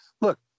Look